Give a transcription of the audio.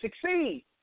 succeed